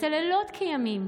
עושה לילות כימים